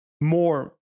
more